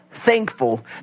thankful